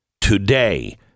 today